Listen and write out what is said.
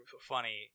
funny